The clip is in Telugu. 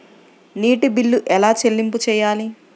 నీటి బిల్లు ఎలా చెల్లింపు చేయాలి?